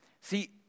See